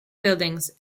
buildings